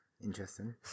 Interesting